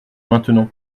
maintenons